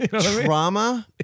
Trauma